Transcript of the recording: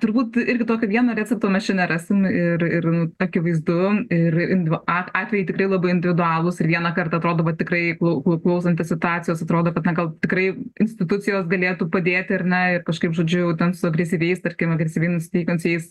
turbūt irgi tokio vieno recepto mes čia nerasim ir ir akivaizdu ir indvu a atvejai tikrai labai individualūs ir vieną kartą atrodo vat tikrai klau klausantis situacijos atrodo kad na gal tikrai institucijos galėtų padėti ar ne ir kažkaip žodžiu ten su agresyviais tarkim agresyviai nusiteikiant su jais